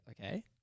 Okay